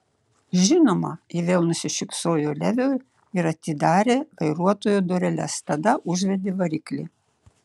žinoma ji vėl nusišypsojo leviui ir atidarė vairuotojo dureles tada užvedė variklį